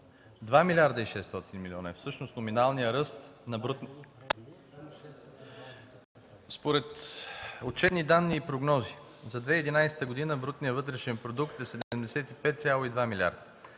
милиарда и 600 милиона е всъщност номиналният ръст на брутния вътрешен продукт. Според отчетни данни и прогнози за 2011 г. брутният вътрешен продукт е 75,2 милиарда;